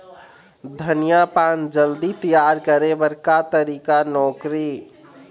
धनिया पान जल्दी तियार करे बर का तरीका नोकरी?